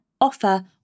offer